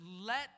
let